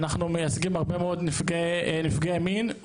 אנחנו מייצגים הרבה מאוד נפגעי מין,